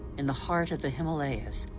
in the heart of the himalayas,